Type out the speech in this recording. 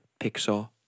Pixar